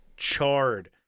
charred